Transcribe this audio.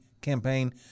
campaign